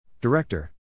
Director